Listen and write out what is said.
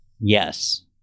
Yes